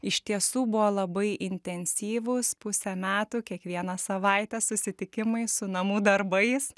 iš tiesų buvo labai intensyvūs pusę metų kiekvieną savaitę susitikimai su namų darbais